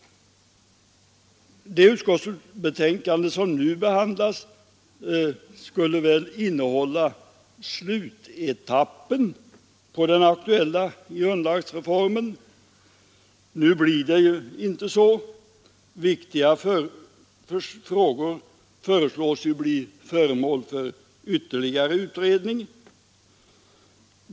Det utskottsbetänkande som nu behandlas skulle väl innehålla slutetappen av den aktuella grundlagsreformen. Nu blir det ju inte så. Viktiga frågor föreslås bli föremål för ytterligare utredning.